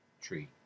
tree